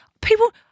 People